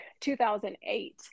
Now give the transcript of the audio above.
2008